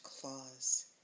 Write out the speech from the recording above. claws